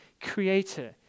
creator